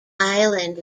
island